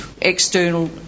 external